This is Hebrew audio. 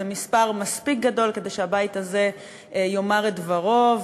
זה מספר מספיק גדול כדי שהבית הזה יאמר את דברו,